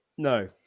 No